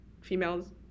females